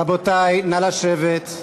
רבותי, נא לשבת.